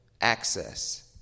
access